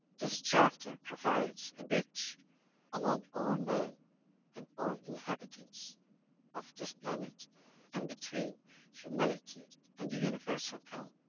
this charter provides a bridge amongst all man and all inhabitants of this planet and between humanity and the universal coun.